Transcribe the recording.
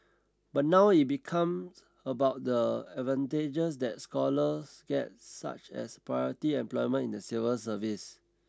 but now it's become about the advantages that scholars get such as priority employment in the civil service